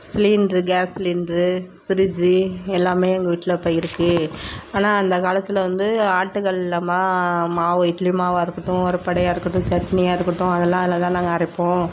cylinder gas cylinder fridge எல்லாமே எங்கள் வீட்டில் இப்போ இருக்கு ஆனால் அந்த காலத்தில் வந்து ஆட்டுக்கல்லில் தான் மாவு இட்லி மாவாக இருக்கட்டும் ஒரப்படையாக இருக்கட்டும் சட்னியாக இருக்கட்டும் அதெல்லாம் அதில் தான் நாங்கள் அரைப்போம்